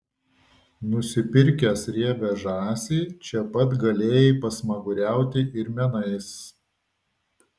nusipirkęs riebią žąsį čia pat galėjai pasmaguriauti ir menais